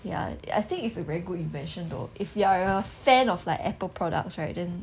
ya I think it's a very good invention though if you are a fan of like apple products right then